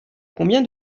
combien